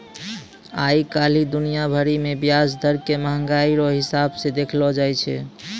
आइ काल्हि दुनिया भरि मे ब्याज दर के मंहगाइ रो हिसाब से देखलो जाय छै